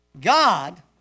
God